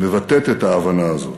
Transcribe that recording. מבטאת את ההבנה הזאת.